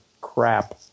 crap